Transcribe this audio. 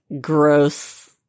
gross